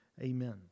Amen